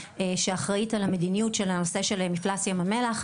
שאחראית על המדיניות של הנושא של מפלס ים המלח,